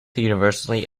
universally